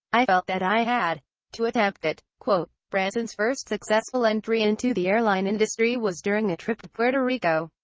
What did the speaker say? i felt that i had to attempt it. branson's first successful entry into the airline industry was during a trip to puerto rico.